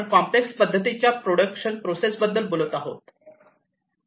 तर आपण कॉम्प्लेक्स पद्धतीच्या प्रोडक्शन प्रोसेस बद्दल बोलत आहोत बरोबर